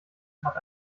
hat